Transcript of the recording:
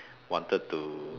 wanted to